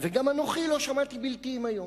וגם אנוכי לא שמעתי בלתי אם היום.